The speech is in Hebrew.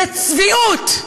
בצביעות,